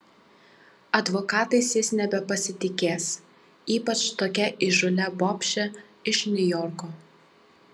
advokatais jis nebepasitikės ypač tokia įžūlia bobše iš niujorko